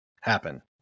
happen